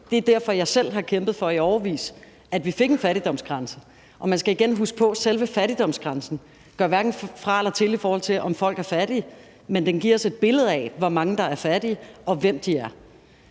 Det er derfor, jeg selv har kæmpet for i årevis, at vi fik en fattigdomsgrænse. Og man skal igen huske på, at selve fattigdomsgrænsen hverken gør fra eller til, i forhold til om folk er fattige, men den giver os et billede af, hvor mange der er fattige, og hvem de er.